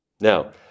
Now